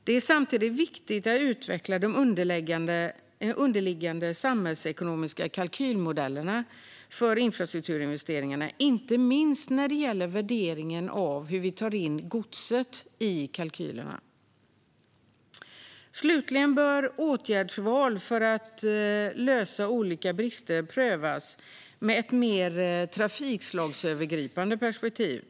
Det är samtidigt viktigt att utveckla de underliggande samhällsekonomiska kalkylmodellerna för infrastrukturinvesteringarna. Inte minst gäller det värderingen av godstransporterna. Slutligen bör åtgärdsval för att lösa olika brister prövas med ett mer trafikslagsövergripande perspektiv.